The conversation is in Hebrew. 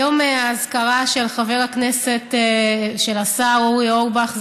היום האזכרה של חבר הכנסת והשר אורי אורבך,